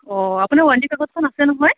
অ' আপোনাৰ ৱাৰেণ্টি কাগজখন আছে নহয়